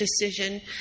decision